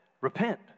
repent